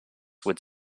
with